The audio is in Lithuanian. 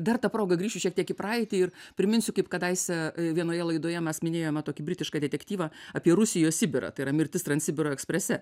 dar ta proga grįšiu šiek tiek į praeitį ir priminsiu kaip kadaise vienoje laidoje mes minėjome tokį britišką detektyvą apie rusijos sibirą tai yra mirtis transsibiro eksprese